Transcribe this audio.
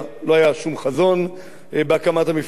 לא היה שום חזון בהקמת המפלגה.